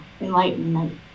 enlightenment